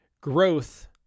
Growth